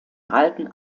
alten